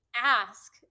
ask